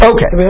Okay